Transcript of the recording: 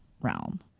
realm